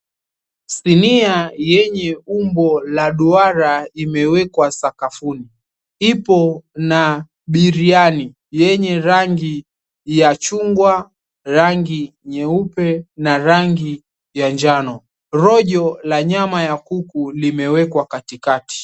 Sinia yenye umbo la duwara imewekwa sakafuni, ipo na biriyani yenye rangi ya chungwa rangi nyeupe na rangi ya njano. Rojo la nyama ya kuku limewekwa katikati.